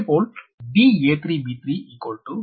மற்றும் இதேபோல் da3b3 0